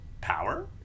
power